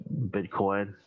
Bitcoin